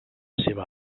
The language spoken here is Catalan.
seva